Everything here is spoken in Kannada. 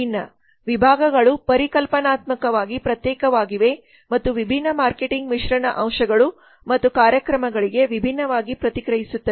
ಭಿನ್ನ ವಿಭಾಗಗಳು ಪರಿಕಲ್ಪನಾತ್ಮಕವಾಗಿ ಪ್ರತ್ಯೇಕವಾಗಿವೆ ಮತ್ತು ವಿಭಿನ್ನ ಮಾರ್ಕೆಟಿಂಗ್ ಮಿಶ್ರಣ ಅಂಶಗಳು ಮತ್ತು ಕಾರ್ಯಕ್ರಮಗಳಿಗೆ ವಿಭಿನ್ನವಾಗಿ ಪ್ರತಿಕ್ರಿಯಿಸುತ್ತವೆ